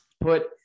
Put